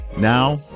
Now